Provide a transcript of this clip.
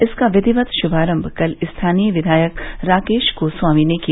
इसका विधिवत शुभारम्भ कल स्थानीय विधायक राकेश गोस्वामी ने किया